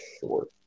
short